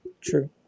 true